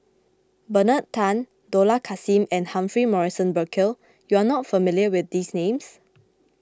Bernard Tan Dollah Kassim and Humphrey Morrison Burkill you are not familiar with these names